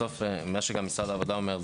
בסוף מה שמשרד העבודה אומר,